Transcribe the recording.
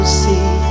see